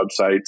websites